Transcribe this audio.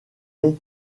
est